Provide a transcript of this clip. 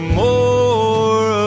more